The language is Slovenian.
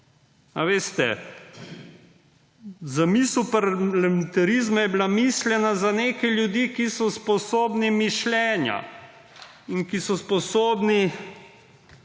zbora. Zamisel parlamentarizma je bila mišljena za neke ljudi, ki so sposobni mišljenja in ki so sposobni,